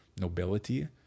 nobility